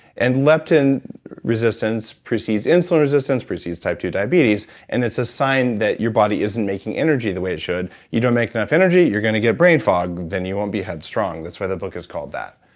and leptin resistance proceeds insulin resistance proceeds type ii diabetes, and it's a sign that your body isn't making energy the way it should you don't make enough energy, you're going to get brain fog, then you won't be headstrong. that's why the book is called that.